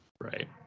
Right